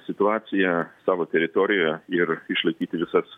situaciją savo teritorijoje ir išlaikyti visas